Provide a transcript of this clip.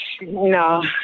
No